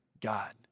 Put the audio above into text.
God